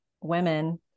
women